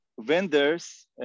Vendors